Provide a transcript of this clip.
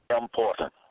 important